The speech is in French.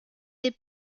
des